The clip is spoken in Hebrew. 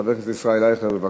חבר הכנסת ישראל אייכלר, בבקשה.